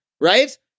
right